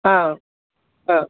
ହଁ ହଁ